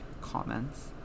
comments